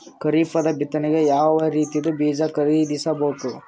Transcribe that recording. ಖರೀಪದ ಬಿತ್ತನೆಗೆ ಯಾವ್ ರೀತಿಯ ಬೀಜ ಖರೀದಿಸ ಬೇಕು?